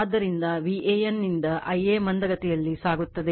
ಆದ್ದರಿಂದ VAN ನಿಂದ Ia ಮಂದಗತಿಯಲ್ಲಿ ಸಾಗುತ್ತದೆ